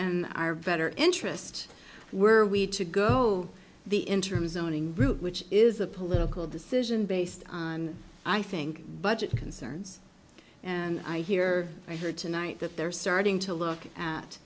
and are better interests were we to go the interim zoning route which is a political decision based and i think budget concerns and i hear i heard tonight that they're starting to look at